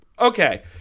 Okay